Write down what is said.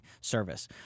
service